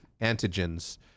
antigens